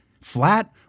flat